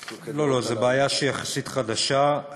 זו בעיה שהיא יחסית חדשה.